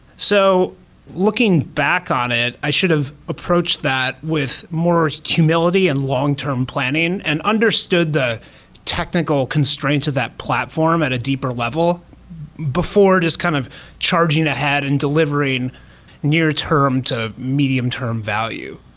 so looking back on it, i should've approach that with more humility and long-term planning and understood the technical constraints of that platform at a deeper level before just kind of charging ahead and delivering near term to medium-term value.